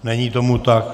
Není tomu tak.